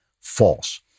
false